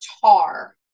Tar